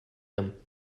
him